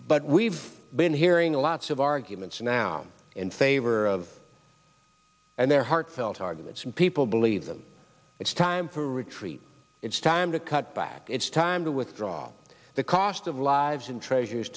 but we've been hearing lots of arguments now in favor of and their heartfelt arguments and people believe them it's time for retreat it's time to cut back it's time to withdraw the cost of lives and treasure